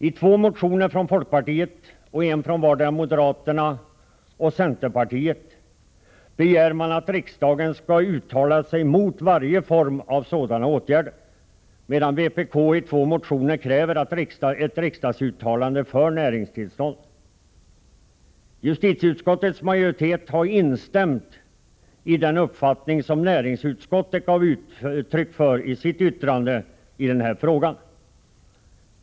I två motioner från folkpartiet och en från moderaterna samt en från centerpartiet begär man att riksdagen skall uttala sig mot varje form av sådana åtgärder, medan vpk i två motioner kräver ett riksdagsuttalande för näringstillstånd. Justitieutskottets majoritet har instämt i den uppfattning som näringsutskottet gav uttryck för i sitt yttrande i denna fråga.